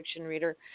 reader